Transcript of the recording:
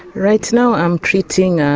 right now i'm treating ah